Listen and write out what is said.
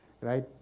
right